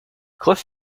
cliff